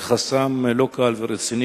וחסם לא קל ורציני,